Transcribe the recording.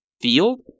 field